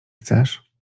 chcesz